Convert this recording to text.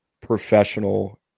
professional